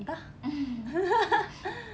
entah